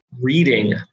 reading